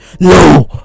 no